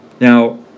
Now